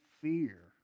fear